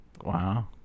Wow